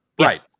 Right